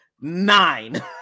nine